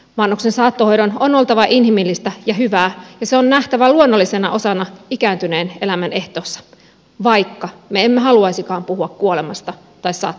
vanhuksen saattohoidon on oltava inhimillistä ja hyvää ja se on nähtävä luonnollisena osana ikääntyneen elämän ehtoossa vaikka me emme haluaisikaan puhua kuolemasta tai saattohoidosta